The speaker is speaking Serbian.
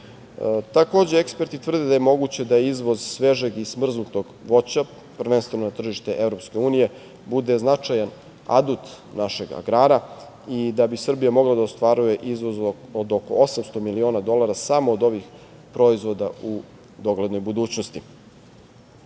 dolara. Takođe, eksperti tvrde da je moguće da izvoz svežeg i smrznutog voća, prvenstveno tržište EU, bude značajan adut našeg agrara i da bi Srbija mogla da ostvaruje izvoz od oko 800 miliona dolara samo od ovih proizvoda u doglednoj budućnosti. Takođe,